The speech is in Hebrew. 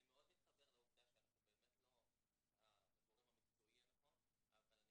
אני מאוד מתחבר לעובדה שאנחנו לא הגורם המקצועי הנכון אבל אני